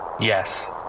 Yes